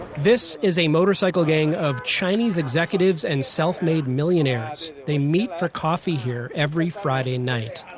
this is a motorcycle gang of chinese executives and self-made millionaires. they meet for coffee here every friday night.